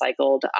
recycled